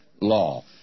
law